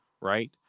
right